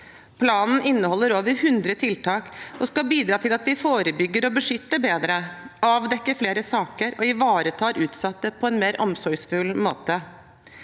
Planen inneholder over 100 tiltak og skal bidra til at vi forebygger og beskytter bedre, avdekker flere saker og ivaretar utsatte på en mer omsorgsfull måte.